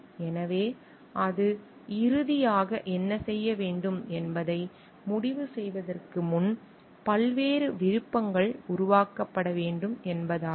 எனவே அது இறுதியாக என்ன செய்ய வேண்டும் என்பதை முடிவு செய்வதற்கு முன் பல்வேறு விருப்பங்கள் உருவாக்கப்பட வேண்டும் என்பதாகும்